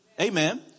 Amen